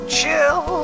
chill